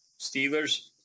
Steelers